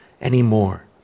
anymore